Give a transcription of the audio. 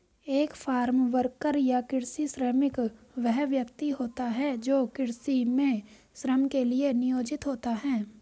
एक farm worker या कृषि श्रमिक वह व्यक्ति होता है जो कृषि में श्रम के लिए नियोजित होता है